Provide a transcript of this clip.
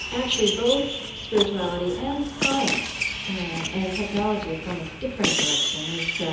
actually, both spirituality and science and and technology from a different direction is